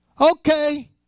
okay